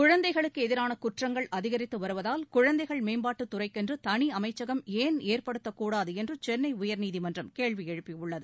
குழந்தைகளுக்கு எதிராள குற்றங்கள் அதிகித்து வருவதால் குழந்தைகள் மேம்பாட்டு துறைக்கென்று தனி அமைச்சகம் ஏன் ஏற்படுத்தக்கூடாது என்று சென்ளை உயர்நீதிமன்றம் கேள்வி எழுப்பியுள்ளது